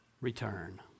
return